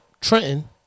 Trenton